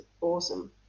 awesome